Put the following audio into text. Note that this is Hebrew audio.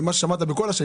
ומה ששמעת בכל השנים,